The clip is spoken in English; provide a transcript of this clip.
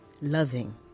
loving